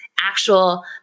actual